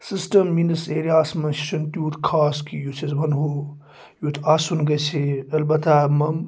system میٛٲنِس ایریاہَس منٛز سُہ چھُنہٕ تیوٗت خاص کہِ یُس أسۍ وَنہو یُتھ آسُن گَژھِ ہے البتہ